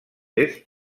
est